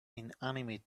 inanimate